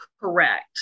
Correct